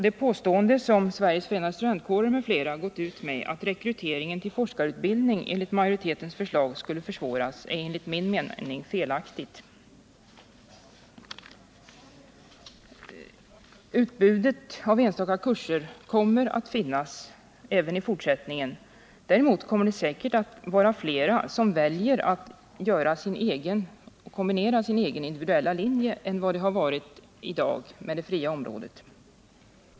Det påstående som Sveriges förenade studentkårer m.fl. gått ut med, innebärande att rekryteringen till forskarutbildning skulle försvåras enligt majoritetens förslag, är som jag ser det felaktigt. Utbudet av enstaka kurser kommer att finnas även i fortsättningen. Däremot kommer det säkert att bli flera som väljer att kombinera sin egen individuella linje än som varit fallet med det nuvarande systemet.